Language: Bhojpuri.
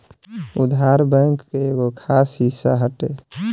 उधार, बैंक के एगो खास हिस्सा हटे